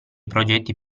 progetti